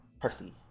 Percy